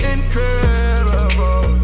Incredible